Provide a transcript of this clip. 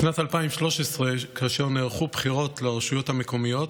בשנת 2013, כאשר נערכו בחירות לרשויות המקומיות,